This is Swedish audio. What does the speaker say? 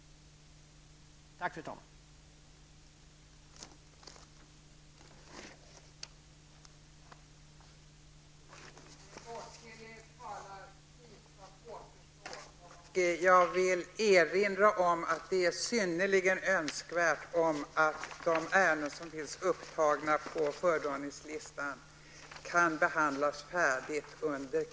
Tack fru talman!